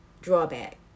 drawback